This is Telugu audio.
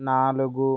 నాలుగు